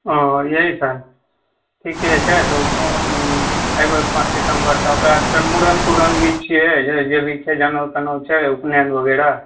ओ एहि साल ठीके छै तऽ एबै पाँच सितम्बर के ओकर बाद फेर मुरन तुरन भी छियै जे भी छै जनहौ तनहौ छै उपनयन वगैरह